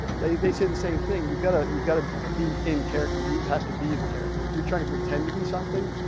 they they say the same thing you've gotta you've gotta be in character. you have to be the character, if you're trying to pretend to be something.